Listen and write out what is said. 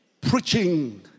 Preaching